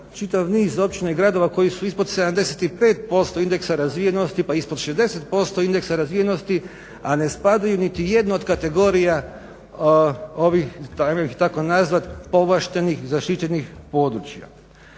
čitav niz općina i gradova koji su ispod 75% indeksa razvijenosti, pa ispod 60% indeksa razvijenosti, a ne spadaju niti jednu od kategorija ovih, ajmo ih tako nazvat, povlaštenih zaštićenih područja.